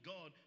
God